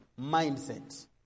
mindset